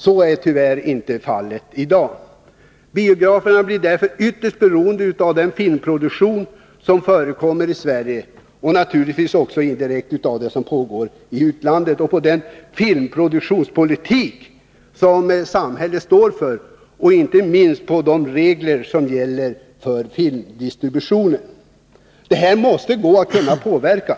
Så är tyvärr inte fallet i dag. Biograferna blir därför ytterst beroende av den filmproduktion som förekommer i Sverige och naturligtvis också indirekt av det som sker i utlandet — på den filmproduktionspolitik samhället står för och inte minst på vilka regler som gäller för filmdistributionen. Detta måste gå att påverka.